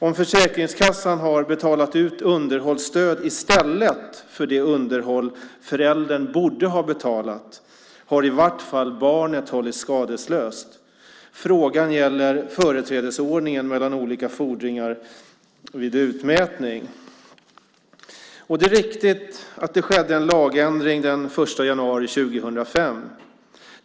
Om Försäkringskassan har betalat underhållsstöd i stället för det underhåll föräldern borde ha betalat har i varje fall barnet hållits skadeslöst. Frågan gäller företrädesordningen mellan olika fordringar vid utmätning. Det är riktigt att en lagändring trädde i kraft den 1 januari 2005.